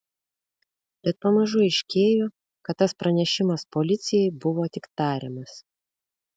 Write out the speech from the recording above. bet pamažu aiškėjo kad tas pranešimas policijai buvo tik tariamas